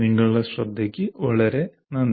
നിങ്ങളുടെ ശ്രദ്ധയ്ക്ക് വളരെ നന്ദി